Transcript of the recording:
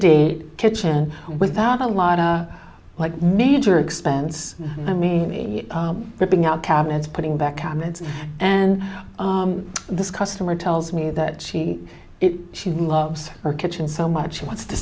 date kitchen without a lot like major expense i mean ripping out cabinets putting back comments and this customer tells me that she she loves her kitchen so much she wants to